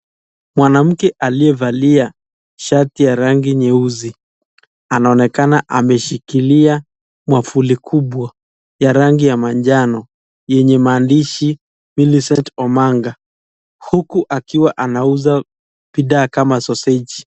Mwanamke aliye valia shati ya rangi nyeusi anaonekana ameshikilia mwavili kubwa ya rangi ya manjano yenye maandishi, Millicent Omanga. Huku anaonekana akiuza bidhaa kama soseji.